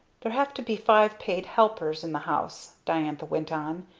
there have to be five paid helpers in the house, diantha went on,